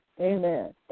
amen